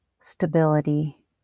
stability